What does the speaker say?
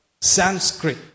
Sanskrit